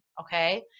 okay